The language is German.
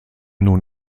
nur